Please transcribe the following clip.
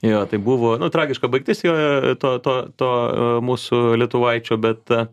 jo tai buvo nu tragiška baigtis jojo to to to mūsų lietuvaičio bet